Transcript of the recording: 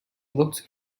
looked